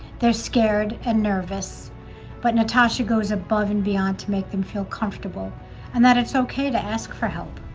they're scared and nervous but natasha goes above and beyond to make them feel comfortable and that it's okay to ask for help.